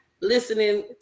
Listening